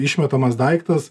išmetamas daiktas